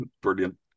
Brilliant